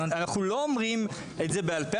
אנחנו לא אומרים את זה בעל-פה,